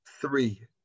Three